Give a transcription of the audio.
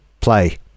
play